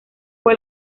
fue